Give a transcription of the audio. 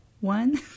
one